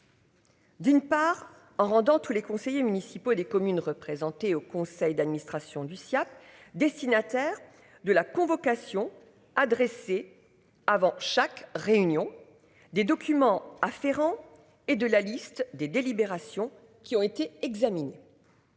D'une part en rendant tous les conseillers municipaux des communes représentées au conseil d'administration du CIAT destinataire de la convocation adressée. Avant chaque réunion des documents afférents et de la liste des délibérations qui ont été examinés.